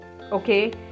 okay